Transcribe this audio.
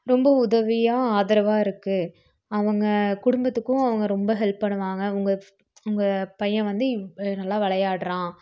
ரொம்ப உதவியாக ஆதரவாக இருக்கு அவங்க குடும்பத்துக்கும் அவங்க ரொம்ப ஹெல்ப் பண்ணுவாங்க உங்கள் உங்கள் பையன் வந்து இப்போ நல்லா விளையாட்றான்